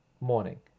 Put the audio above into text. morning